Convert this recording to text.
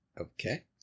Okay